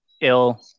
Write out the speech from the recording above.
ill